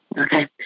Okay